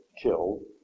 killed